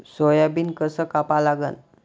Soybean कस कापा लागन?